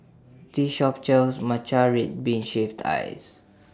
This Shop sells Matcha Red Bean Shaved Ice